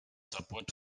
support